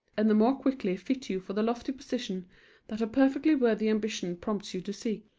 and the more quickly fit you for the lofty position that a perfectly worthy ambition prompts you to seek.